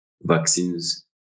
vaccines